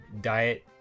diet